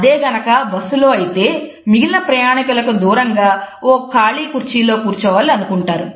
అదే గనుక బస్సులో అయితే మిగిలిన ప్రయాణికులకు దూరంగా ఒక ఖాళీ కుర్చీ లో కూర్చోవాలని అనుకుంటారు